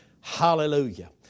Hallelujah